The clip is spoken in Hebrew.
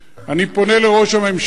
אני פונה לראש הממשלה,